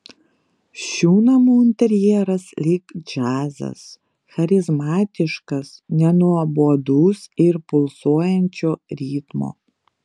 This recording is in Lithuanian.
šių namų interjeras lyg džiazas charizmatiškas nenuobodus ir pulsuojančio ritmo